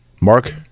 Mark